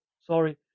sorry